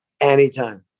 Anytime